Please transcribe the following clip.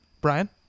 Brian